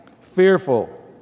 fearful